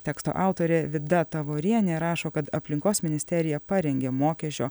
teksto autorė vida tavorienė rašo kad aplinkos ministerija parengė mokesčio